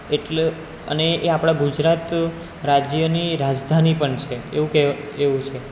એટલે અને એ આપણા ગુજરાત રાજ્યની રાજધાની પણ છે એવું કહેવાય એવું છે